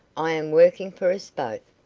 i am working for us both.